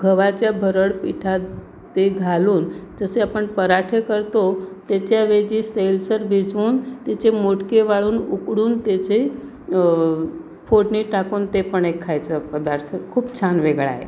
गव्हाच्या भरड पिठात ते घालून जसे आपण पराठे करतो त्याच्यावेजी सैलसर भिजवून त्याचे मुटके वळून उकडून त्याचे फोडणी टाकून ते पण एक खायचा पदार्थ खूप छान वेगळा आहे